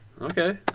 Okay